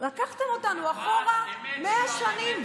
לקחתם אותנו 100 שנים אחורה.